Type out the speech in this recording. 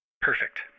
Perfect